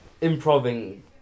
improving